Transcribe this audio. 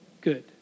good